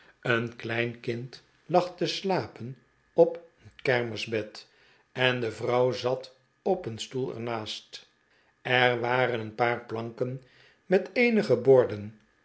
een klein kind lag te slapen op een kermisbed en de vrouw zat op een stoel er naast er waren een paar planken met eenige borden